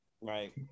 right